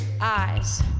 eyes